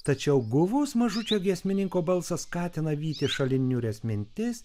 tačiau guvus mažučio giesmininko balsas skatina vyti šalin niūrias mintis